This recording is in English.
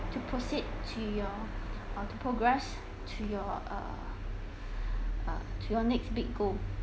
to proceed to your to progress to your uh to your next big goal